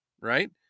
right